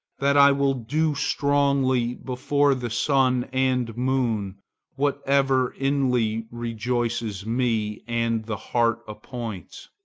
that i will do strongly before the sun and moon whatever inly rejoices me and the heart appoints.